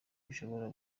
bishobora